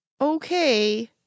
Okay